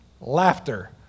Laughter